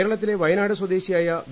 കേരളത്തിലെ വയനാട് സ്വദേശിയായ വി